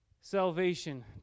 Salvation